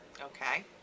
okay